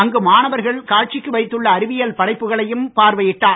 அங்கு மாணவர்கள் காட்சிக்கு வைத்துள்ள அறிவியல் படைப்புகளையும் பார்வையிட்டார்